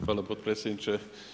Hvala potpredsjedniče.